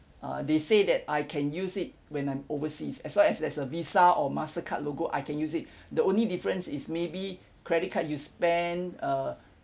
uh they say that I can use it when I'm overseas as long as there's a Visa or Mastercard logo I can use it the only difference is maybe credit card you spend uh